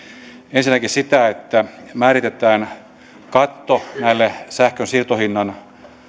ensinnäkin sitä että määritetään katto näille sähkön siirtohinnan